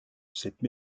cette